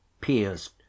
pierced